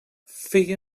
feia